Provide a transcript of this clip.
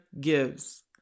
gives